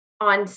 on